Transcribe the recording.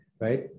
right